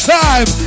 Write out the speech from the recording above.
time